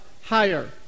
higher